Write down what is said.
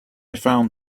found